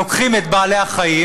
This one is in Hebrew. לוקחים את בעלי-החיים,